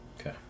Okay